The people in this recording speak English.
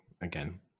again